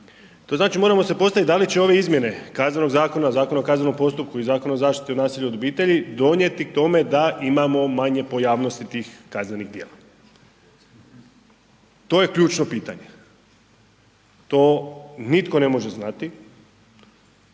To znači moramo se postaviti da li će ove izmjene Kaznenog zakona, Zakona o kaznenom postupku i Zakona o zaštiti od nasilja u obitelji donijeti k tome da imamo manje pojavnosti tih kaznenih djela. To je ključno pitanje, to nitko ne može znati.